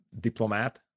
diplomat